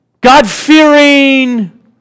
God-fearing